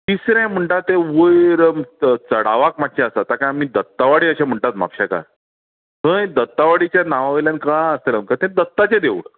तिसरें म्हणटा तें वयर च चडावाक मातशें आसा ताका आमी दत्तवाडी अशें म्हणटात म्हापशेंकार थंय दत्तवाडीच्या नांवा वयल्यान कळ्ळां आसतलें तुमका तें दत्ताचें देवूळ